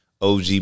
OG